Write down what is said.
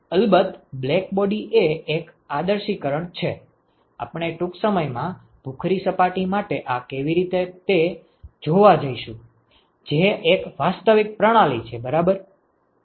અલબત્ત બ્લેકબોડી એ એક આદર્શિકરણ છે આપણે ટૂંક સમયમાં ભુખરી સપાટી માટે આ કેવી રીતે કરવું તે જોવા જઈશું જે એક વાસ્તવિક પ્રણાલી છે બરાબર